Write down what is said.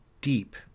deep